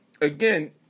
again